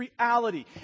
reality